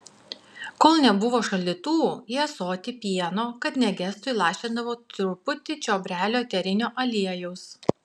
kol nebuvo šaldytuvų į ąsotį pieno kad negestų įlašindavo truputį čiobrelių eterinio aliejaus